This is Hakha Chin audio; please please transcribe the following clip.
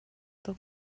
tuk